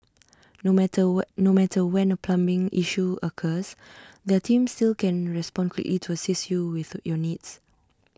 no matter no matter when A plumbing issue occurs their team still can respond quickly to assist you with your needs